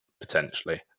potentially